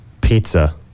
Pizza